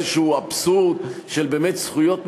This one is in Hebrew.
כדי שלא ליצור איזשהו אבסורד של באמת זכויות נצחיות,